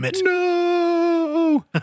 No